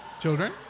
children